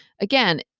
again